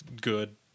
good